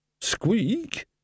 Squeak